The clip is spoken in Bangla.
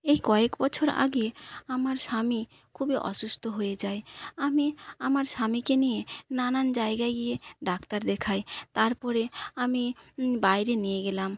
এই কয়েক বছর আগে আমার স্বামী খুবই অসুস্ত হয়ে যায় আমি আমার স্বামীকে নিয়ে নানান জায়গায় গিয়ে ডাক্তার দেখাই তারপরে আমি বাইরে নিয়ে গেলাম